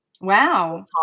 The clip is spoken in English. Wow